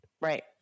Right